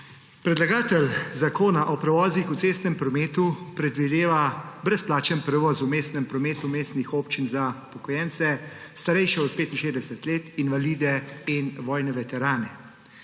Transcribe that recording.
Predlagatelj Zakona o prevozih v cestnem prometu predvideva brezplačen prevoz v mestnem prometu mestnih občin za upokojence, starejše od 65 let, invalide in vojne veterane.